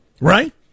Right